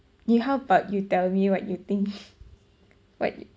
yo~ how about you tell me what you think what yo~